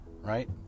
right